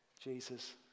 Jesus